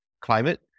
climate